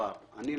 הצובר אני,